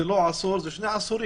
זה לא עשור זה שני עשורים.